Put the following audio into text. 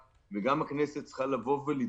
על זה שהם דיממו ושמרו את העובדים שלהם,